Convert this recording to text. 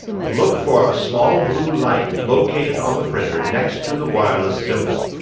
look for a small blue light located on the printer next to the wireless symbol.